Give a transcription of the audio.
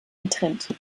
getrennt